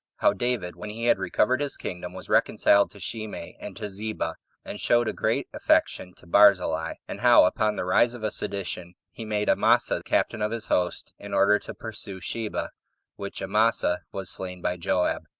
how david, when he had recovered his kingdom, was reconciled to shimei, and to ziba and showed a great affection to barzillai and how, upon the rise of a sedition, he made amasa captain of his host, in order to pursue seba which amasa was slain by joab.